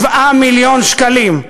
7 מיליון שקלים.